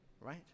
right